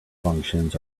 functions